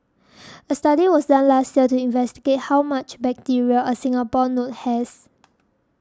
a study was done last year to investigate how much bacteria a Singapore note has